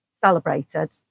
celebrated